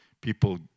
People